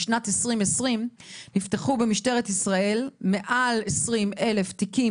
בשנת 2020 נפתחו במשטרת ישראל מעל ל-20,000 תיקים